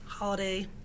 Holiday